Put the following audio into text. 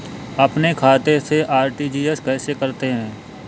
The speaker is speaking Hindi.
अपने खाते से आर.टी.जी.एस कैसे करते हैं?